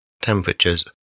temperatures